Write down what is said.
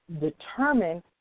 determine